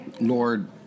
Lord